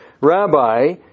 Rabbi